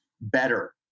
better